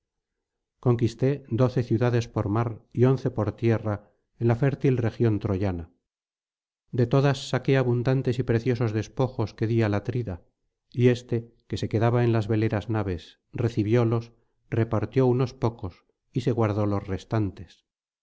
conquisté doce ciudades por mar y once por tierra en la fértil región troyana de todas saqué abundantes y preciosos despojos que di al atrida y éste que se quedaba en las veleras naves recibió los repartió unos pocos y se guardó los restantes mas